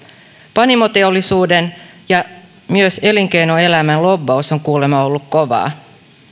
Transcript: panimoteollisuuden ja myös elinkeinoelämän lobbaus on kuulemma ollut kovaa